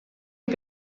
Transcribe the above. lui